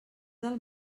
del